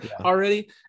already